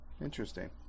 interesting